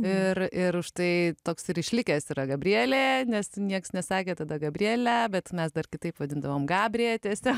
ir ir štai toks ir išlikęs yra gabrielė nes niekas nesakė tada gabrielę bet mes dar kitaip vadindavome gabrė tiesiog